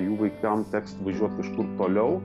jų vaikam teks važiuot kažkur toliau